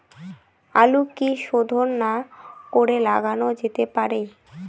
আলু কি শোধন না করে লাগানো যেতে পারে?